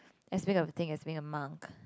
as being of thing as being a monk